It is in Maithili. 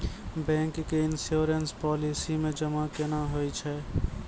बैंक के इश्योरेंस पालिसी मे जमा केना होय छै?